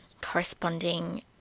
corresponding